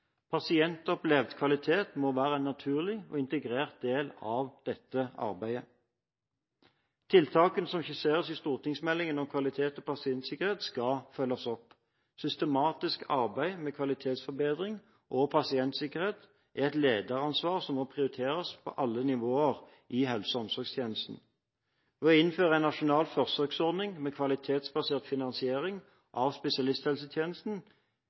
Pasientopplevd kvalitet må være en naturlig og integrert del av dette arbeidet. Tiltakene som skisseres i stortingsmeldingen om kvalitet og pasientsikkerhet, skal følges opp. Systematisk arbeid med kvalitetsforbedring og pasientsikkerhet er et ledelsesansvar som må prioriteres på alle nivåer i helse- og omsorgstjenesten. Å innføre en nasjonal forsøksordning med kvalitetsbasert finansiering av spesialisthelsetjenesten